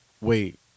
Wait